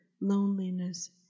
loneliness